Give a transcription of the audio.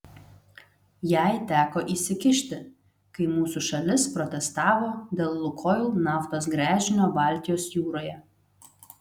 jai teko įsikišti kai mūsų šalis protestavo dėl lukoil naftos gręžinio baltijos jūroje